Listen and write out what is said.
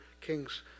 kings